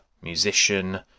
musician